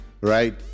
right